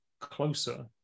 closer